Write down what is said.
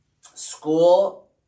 school